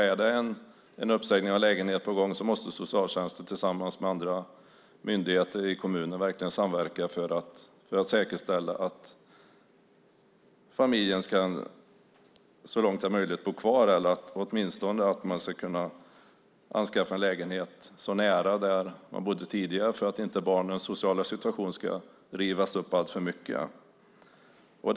Är det en uppsägning av en lägenhet på gång måste socialtjänsten verkligen samverka med andra myndigheter i kommunen för att säkerställa att familjen så långt det är möjligt ska kunna bo kvar eller åtminstone kunna anskaffa en lägenhet nära där man bodde tidigare för att inte barnens sociala situation ska förändras alltför mycket.